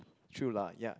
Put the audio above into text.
true lah ya